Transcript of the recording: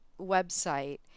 website